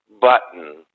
button